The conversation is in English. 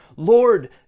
Lord